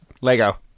Lego